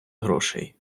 грошей